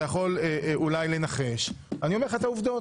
אתה יכול אולי לנחש אני אומר לך את העובדות.